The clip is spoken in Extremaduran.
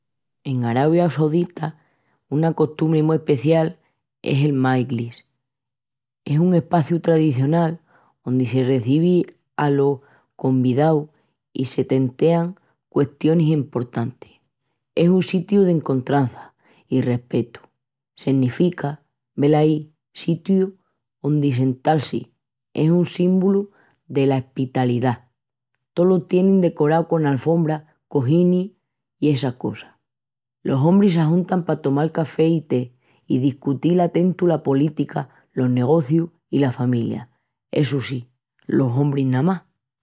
En Arabia Saudita una costumbri mu especial es el Majlis, es un espaciu tradicional ondi se recebi alos convidaus i se tentean custionis emportantis. Es un sitiu d'encontrança i respetu. Senifica, velaí, sitiu ondi sental-si es un símbolu dela espitalidá. Tolo tienin decorau con alfombra, cojines i essas cosas. Los ombris s'ajuntan pa tomal café i té i discutil a tentu la política, los negocius i la familia. Essu sí, los ombris namás...